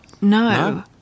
No